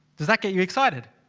does that get you excited?